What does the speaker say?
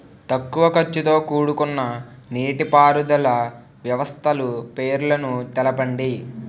తక్కువ ఖర్చుతో కూడుకున్న నీటిపారుదల వ్యవస్థల పేర్లను తెలపండి?